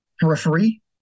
periphery